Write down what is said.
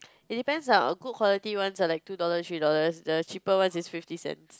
it depends ah a good quality one are like two dollars three dollars the cheaper ones is fifty cents